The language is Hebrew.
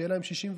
שיהיה להם 61,